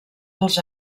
els